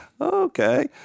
okay